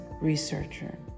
researcher